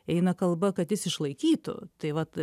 eina kalba kad jis išlaikytų tai vat